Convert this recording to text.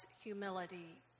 humility